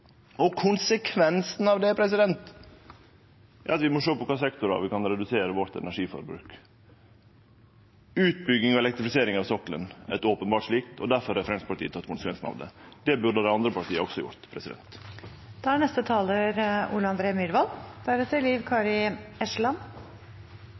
Konsekvensen av det er at vi må sjå på kva sektorar vi kan redusere energiforbruket vårt i. Utbygging og elektrifisering av sokkelen er openbert ein slik, og difor har Framstegspartiet teke konsekvensen av det. Det burde dei andre partia også gjort. Det er